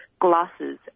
glasses